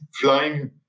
flying